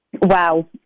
Wow